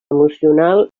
emocional